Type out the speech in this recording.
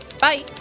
bye